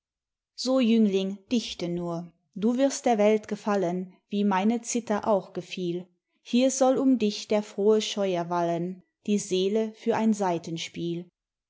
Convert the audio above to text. so jüngling sichte nur du wirst der welt gefallen wie meine zither auch gefiel hier soll um dich der frohe scheuer wallen die seele für ein saitenspiel